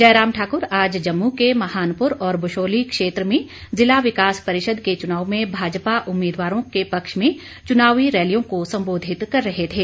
जयराम ठाक्र आज जम्मू के महानपुर और बशोली क्षेत्र में जिला विकास परिषद के चुनाव में भाजपा उम्मीदवारों के पक्ष में चुनाव रैलियों को संबोधित कर रहे थे